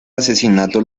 asesinato